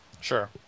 Sure